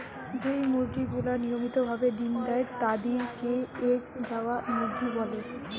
যেই মুরগি গুলা নিয়মিত ভাবে ডিম্ দেয় তাদির কে এগ দেওয়া মুরগি বলে